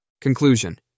Conclusion